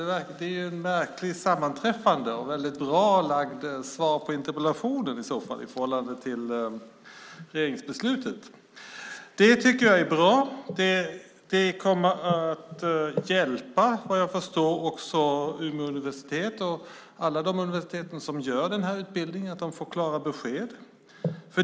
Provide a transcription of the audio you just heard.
Det är ett märkligt sammanträffande, och en bra tidpunkt för svaret på interpellationen i förhållande till regeringsbeslutet. Det tycker jag är bra. Det kommer att hjälpa, vad jag förstår, Umeå universitet och alla andra universitet som anordnar den här utbildningen att de får klara besked.